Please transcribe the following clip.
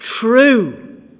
true